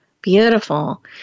Beautiful